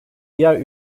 diğer